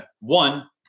one